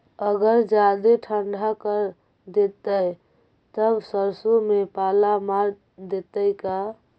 अगर जादे ठंडा कर देतै तब सरसों में पाला मार देतै का?